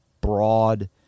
broad